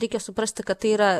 reikia suprasti kad tai yra